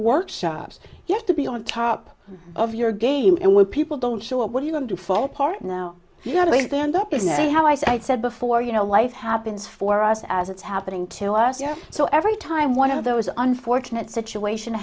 workshops you have to be on top of your game and when people don't show up what are you going to fall apart now you've got to be stand up isn't how i said before you know life happens for us as it's happening to us yeah so every time one of those unfortunate situation